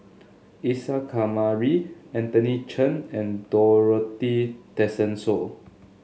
Isa Kamari Anthony Chen and Dorothy Tessensohn